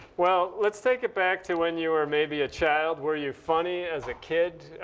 well let's take it back to when you were maybe a child. were you funny as a kid?